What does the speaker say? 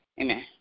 Amen